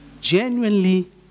genuinely